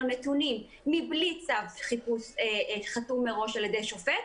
נתונים מבלי צו חיפוש חתום מראש על ידי שופט,